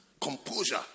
composure